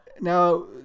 Now